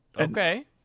Okay